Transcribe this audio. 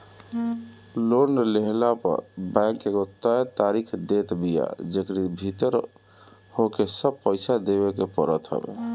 loan लेहला पअ bank एगो तय तारीख देत बिया जेकरी भीतर होहके सब पईसा देवे के पड़त हवे